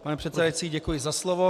Pane předsedající, děkuji za slovo.